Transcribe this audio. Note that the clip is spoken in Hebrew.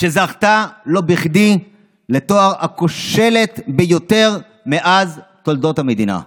שזכתה לא בכדי בתואר הכושלת ביותר מאז תולדות המדינה.